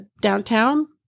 downtown